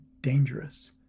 dangerous